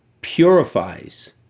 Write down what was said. purifies